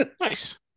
nice